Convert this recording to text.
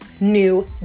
new